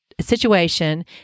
Situation